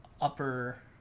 upper